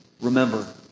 remember